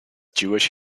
jewish